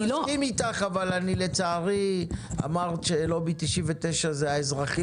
אלה שהמסגרת שלהם היא 5,000-7,000 ₪.